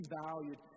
valued